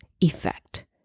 effect